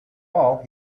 all